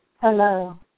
Hello